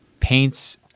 paints